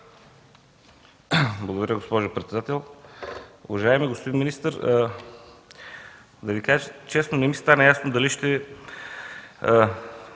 Благодаря, госпожо председател. Уважаеми господин министър, да Ви кажа честно, не ми стана ясно дали ще